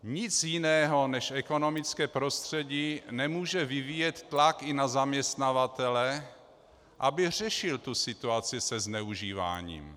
Nic jiného než ekonomické prostředí nemůže vyvíjet tlak i na zaměstnavatele, aby řešil tu situaci se zneužíváním.